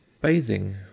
Bathing